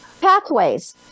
Pathways